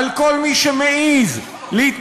ויש קו ישיר שמחבר בין,